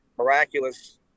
miraculous